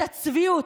את הצביעות,